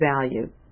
value